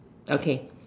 okay